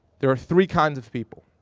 there are three kinds of people.